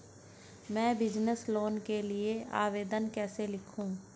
मैं business loan के लिए आवेदन कैसे लिखूँ?